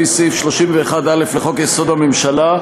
בהתאם לסמכותה לפי סעיף 31(א) לחוק-יסוד: הממשלה,